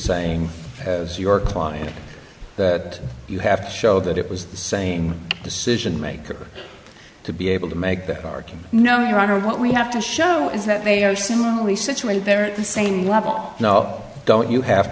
saying as your client that you have to show that it was the same decision maker to be able to make that argument no your honor what we have to show is that they are similarly situated there at the same level no don't you have